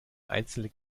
einzelne